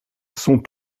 sont